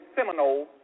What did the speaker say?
Seminole